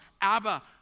Abba